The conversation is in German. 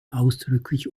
ausdrücklich